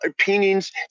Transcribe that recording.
opinions